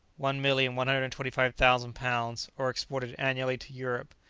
one million one hundred and twenty five thousand lbs, are exported annually to europe.